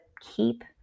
keep